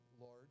Lord